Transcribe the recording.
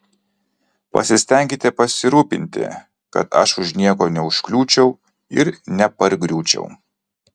pasistenkite pasirūpinti kad aš už nieko neužkliūčiau ir nepargriūčiau